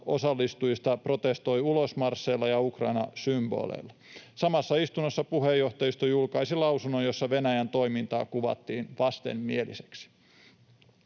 osallistujista protestoi ulosmarsseilla ja Ukraina-symboleilla. Samassa istunnossa puheenjohtajisto julkaisi lausunnon, jossa Venäjän toimintaa kuvattiin vastenmieliseksi.